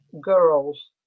girls